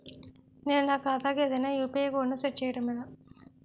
నేను నా ఖాతా కు ఏదైనా యు.పి.ఐ కోడ్ ను సెట్ చేయడం ఎలా?